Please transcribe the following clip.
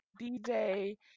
DJ